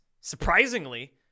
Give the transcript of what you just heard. Surprisingly